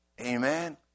Amen